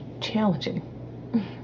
challenging